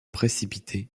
précipiter